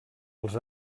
els